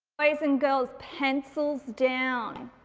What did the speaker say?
boys and girls pencils down.